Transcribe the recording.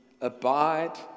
Abide